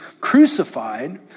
crucified